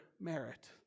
merit